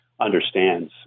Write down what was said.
understands